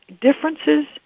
Differences